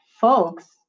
folks